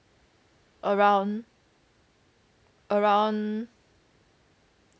around around